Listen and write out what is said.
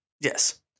Yes